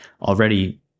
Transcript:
already